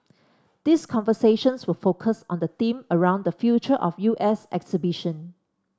these conversations will focus on the theme around the Future of U S exhibition